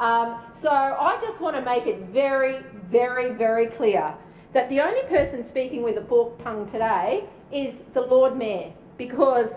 so i just want to make it very, very, very clear that the only person speaking with a forked tongue today is the lord mayor because